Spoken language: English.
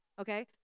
okay